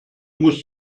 musst